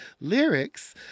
lyrics